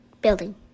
building